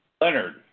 Leonard